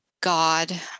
God